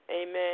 Amen